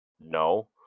No